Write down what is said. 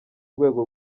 rwego